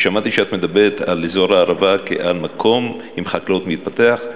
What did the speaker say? ושמעתי שאת מדברת על אזור הערבה כעל מקום עם חקלאות מתפתחת.